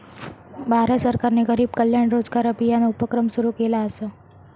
भारत सरकारने गरीब कल्याण रोजगार अभियान उपक्रम सुरू केला असा